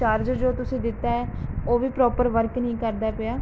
charger ਜੋ ਤੁਸੀਂ ਦਿੱਤਾ ਹੈ ਉਹ ਵੀ ਪ੍ਰੋਪਰ ਵਰਕ ਨਹੀਂ ਕਰਦਾ ਪਿਆ